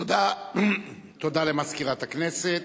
תודה למזכירת הכנסת.